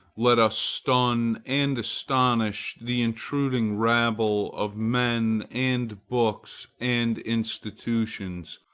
let us stun and astonish the intruding rabble of men and books and institutions,